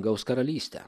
gaus karalystę